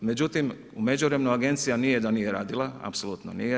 Međutim, u međuvremenu agencija nije da nije radila, apsolutno nije.